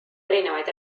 erinevaid